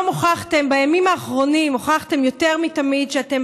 בימים האחרונים הוכחתם יותר מתמיד שאתם